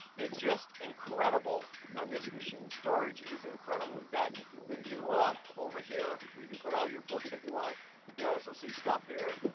it's just incredible on this machine, storage is incredible. you got the two over here, where you can put all the books that you want. you can also see stuff here,